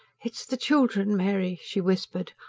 it's the children, mary, she whispered.